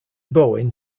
bowen